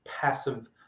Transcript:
passive